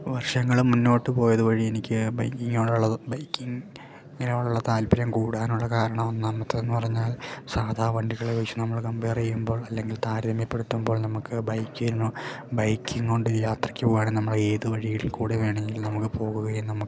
വർഷങ്ങൾ മുന്നോട്ടുപോയത് വഴി എനിക്ക് ബൈക്കിങ്ങിനോടുള്ളത് ബൈക്കിങ് ഇങ്ങനെയുള്ള താല്പര്യം കൂടാനുള്ള കാരണം ഒന്നാമത്തേതെന്നു പറഞ്ഞാൽ സാധാ വണ്ടികളെ വെച്ചു നമ്മൾ കമ്പേർ ചെയ്യുമ്പോൾ അല്ലെങ്കിൽ താരതമ്യപ്പെടുത്തുമ്പോൾ നമുക്ക് ബൈക്കിങ്ങോ ബൈക്കിങ്ങുകൊണ്ട് യാത്രയ്ക്ക് പോവുകയാണെങ്കിൽ നമ്മളേതു വഴിയിൽക്കൂടെ വേണമെങ്കിലും നമുക്ക് പോവുകയും നമുക്ക്